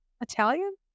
Italian